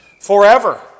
forever